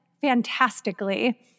fantastically